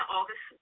August